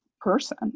person